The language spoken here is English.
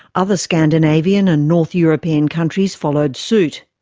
other scandinavian and north european countries followed suit.